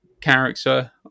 character